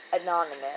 Anonymous